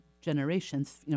generations